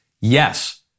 Yes